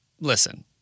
Listen